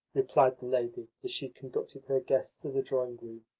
replied the lady as she conducted her guests to the drawing-room.